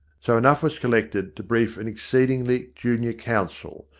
so enough was collected to brief an ex ceedingly junior counsel,